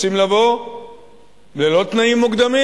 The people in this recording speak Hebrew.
רוצים לבוא ללא תנאים מוקדמים?